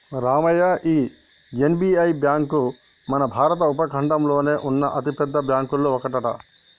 రామయ్య ఈ SBI bank మన భారత ఉపఖండంలోనే ఉన్న అతిపెద్ద బ్యాంకులో ఒకటట